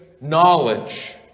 knowledge